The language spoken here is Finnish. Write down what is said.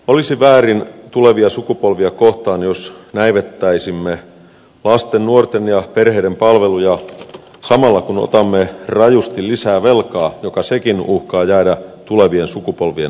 olisi väärin tulevia sukupolvia kohtaan jos näivettäisimme lasten nuorten ja perheiden palveluja samalla kun otamme rajusti lisää velkaa joka sekin uhkaa jäädä tulevien sukupolvien maksettavaksi